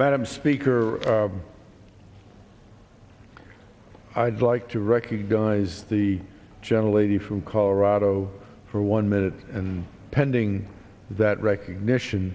about i'm speaker i'd like to recognize the generally from colorado for one minute and pending that recognition